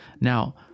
Now